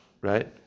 right